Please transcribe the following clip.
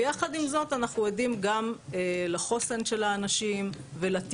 ויחד עם זאת אנחנו עדים גם לחוסן של האנשים ולתקווה,